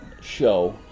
show